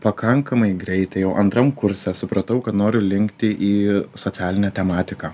pakankamai greitai jau antram kurse supratau kad noriu linkti į socialinę tematiką